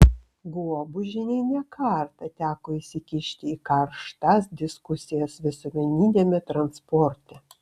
guobužienei ne kartą teko įsikišti į karštas diskusijas visuomeniniame transporte